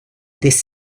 this